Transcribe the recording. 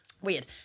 Weird